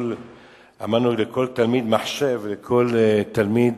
אמרנו: לכל תלמיד מחשב, ולכל תלמיד